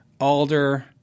Alder